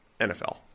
nfl